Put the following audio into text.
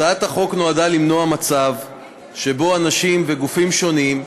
הצעת החוק נועדה למנוע מצב שבו אנשים וגופים שונים,